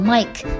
Mike